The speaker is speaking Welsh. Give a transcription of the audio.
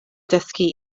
dysgu